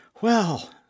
Well